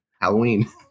Halloween